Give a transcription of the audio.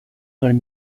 duen